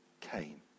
came